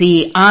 C R